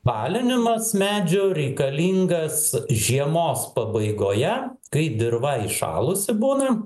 balinimas medžių reikalingas žiemos pabaigoje kai dirva įšalusi būna